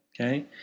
Okay